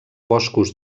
boscos